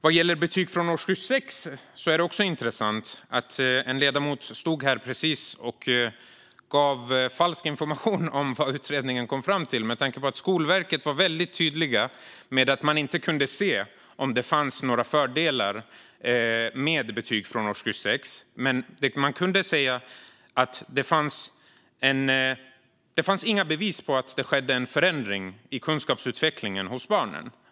Vad gäller betyg från årskurs 6 är det också intressant att en ledamot precis stod här och gav falsk information om vad utredningen kom fram till, med tanke på att Skolverket var väldigt tydligt med att man inte kunde se att det fanns några fördelar med betyg från årskurs 6. Inte heller fanns det några bevis på att det skedde en förändring i kunskapsutvecklingen hos barnen.